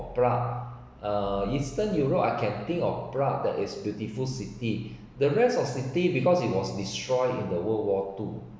prague uh eastern europe I can think of prague that is beautiful city the rest of city because it was destroyed in the world war two